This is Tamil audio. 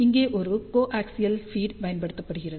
இங்கே ஒரு கோ ஆக்சியல் ஃபீட் பயன்படுத்தப்படுகிறது